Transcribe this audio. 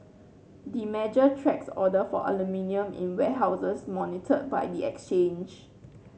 the measure tracks order for aluminium in warehouses monitored by the exchange